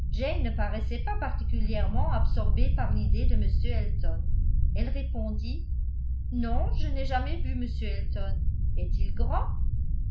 ne paraissait pas particulièrement absorbée par l'idée de m elton elle répondit non je n'ai jamais vu m elton est-il grand